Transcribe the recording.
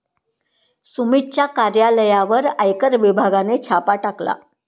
सुमितच्या कार्यालयावर आयकर विभागाने छापा टाकला